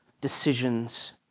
decisions